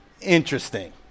Interesting